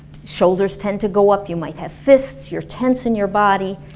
shoulders tend to go up, you might have fists, you're tense in your body.